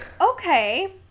okay